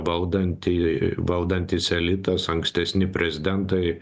valdantieji valdantis elitas ankstesni prezidentai